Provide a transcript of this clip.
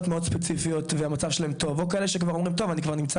מאוד ספציפיות והמצב שלהם טוב או שכאלה שאומרים אני ממתין